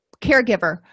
caregiver